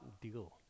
deal